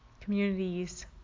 Communities